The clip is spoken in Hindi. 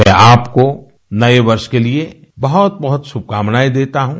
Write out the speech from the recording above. मै आपको नए वर्ष के लिए बहुत बहुत शुभकामनाएं देता हूं